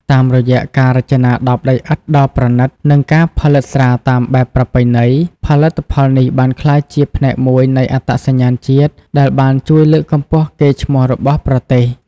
តាមរយៈការរចនាដបដីឥដ្ឋដ៏ប្រណិត និងការផលិតស្រាតាមបែបប្រពៃណី ផលិតផលនេះបានក្លាយជាផ្នែកមួយនៃអត្តសញ្ញាណជាតិ ដែលបានជួយលើកកម្ពស់កេរ្តិ៍ឈ្មោះរបស់ប្រទេស។